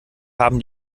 haben